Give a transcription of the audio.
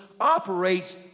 operates